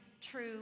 true